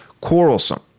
quarrelsome